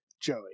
Joey